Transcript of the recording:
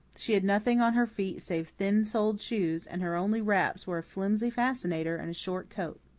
she had nothing on her feet save thin-soled shoes, and her only wraps were a flimsy fascinator and a short coat.